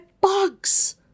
bugs